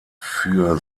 für